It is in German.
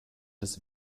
des